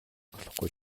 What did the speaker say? болохгүй